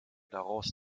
daraus